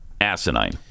Asinine